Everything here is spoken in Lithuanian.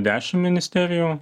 dešim ministerijų